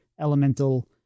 elemental